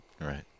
Right